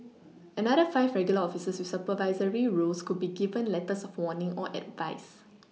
another five regular officers with supervisory roles could be given letters of warning or advice